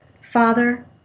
Father